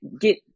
get